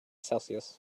celsius